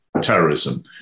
terrorism